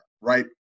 right